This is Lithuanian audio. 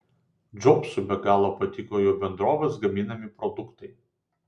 džobsui be galo patiko jo bendrovės gaminami produktai